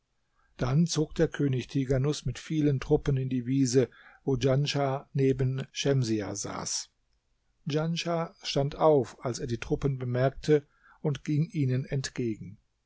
dann zog der könig tighanus mit vielen truppen in die wiese wo djanschah neben schemsiah saß djanschah stand auf als er die truppen bemerkte und ging ihnen entgegen